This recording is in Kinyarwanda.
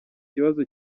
kibazo